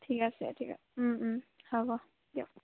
ঠিক আছে ঠিক আছে হ'ব দিয়ক